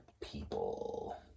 people